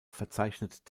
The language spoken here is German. verzeichnet